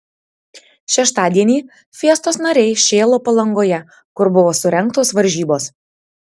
šeštadienį fiestos nariai šėlo palangoje kur buvo surengtos varžybos